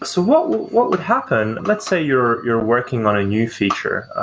so what would what would happen, let's say you're you're working on a new feature